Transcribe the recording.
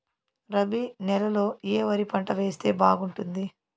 రబి నెలలో ఏ వరి పంట వేస్తే బాగుంటుంది